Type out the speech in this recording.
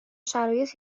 شرایط